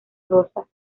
rosas